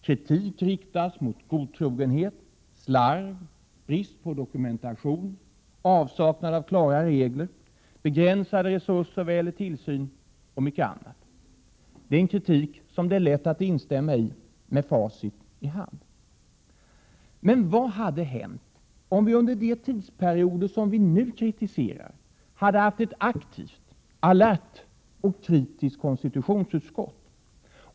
Kritik riktas mot godtrogenhet, slarv, brist på dokumentation, avsaknad av klara regler, begränsade resurser vad gäller tillsyn och mycket annat. Detta är en kritik som det är lätt att instämma i med facit i hand. Men vad hade hänt om vi under de tidsperioder som vi nu kritiserar hade haft ett aktivt, alert och kritiskt konstitutionsutskott?